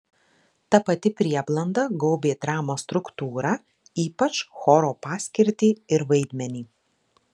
ta pati prieblanda gaubė dramos struktūrą ypač choro paskirtį ir vaidmenį